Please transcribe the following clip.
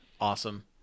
awesome